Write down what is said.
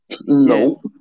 No